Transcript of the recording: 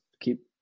keep